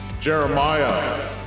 Jeremiah